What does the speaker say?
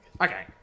Okay